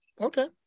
Okay